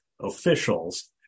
officials